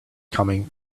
coming